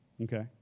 Okay